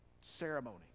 ceremony